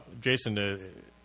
Jason